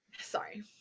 Sorry